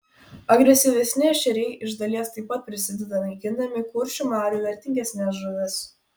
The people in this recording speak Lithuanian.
agresyvesni ešeriai iš dalies taip pat prisideda naikindami kuršių marių vertingesnes žuvis